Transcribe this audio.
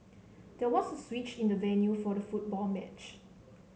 there was a switch in the venue for the football match